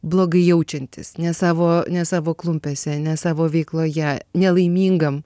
blogai jaučiantis ne savo ne savo klumpėse ne savo veikloje nelaimingam